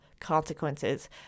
consequences